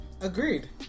Agreed